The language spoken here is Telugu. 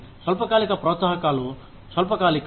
స్వల్పకాలిక ప్రోత్సాహకాలు స్వల్పకాలికం